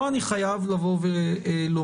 פה אני חייב לומר: